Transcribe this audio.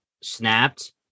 snapped